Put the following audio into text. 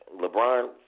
LeBron